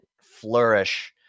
flourish